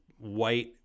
white